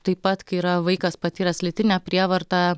taip pat kai yra vaikas patyręs lytinę prievartą